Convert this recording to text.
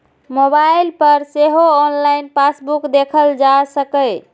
mobile पर सेहो online passbook देखल जा सकैए